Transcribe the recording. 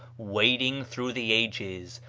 wading through the ages,